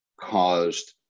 caused